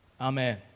Amen